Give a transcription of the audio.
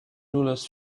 rulers